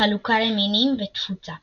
חלוקה למינים ותפוצה